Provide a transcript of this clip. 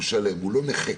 הוא לא נכה.